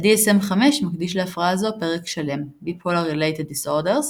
ה-DSM 5 מקדיש להפרעה זו פרק שלם Bipolar Related Disorders,